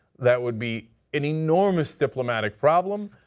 that would be an enormous diplomatic problem,